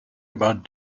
about